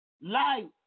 life